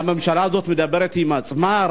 הממשלה הזאת מדברת עם עצמה,